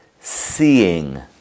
seeing